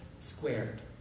squared